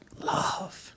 love